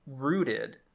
rooted